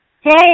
Hey